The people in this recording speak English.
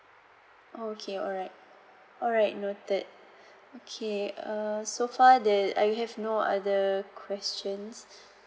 oh okay alright alright noted okay err so far the I have no other questions